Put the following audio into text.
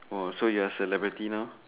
!wah! so you're celebrity now